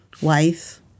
wife